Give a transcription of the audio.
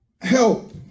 help